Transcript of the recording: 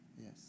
Yes